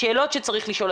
השאלות שצריך לשאול,